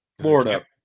Florida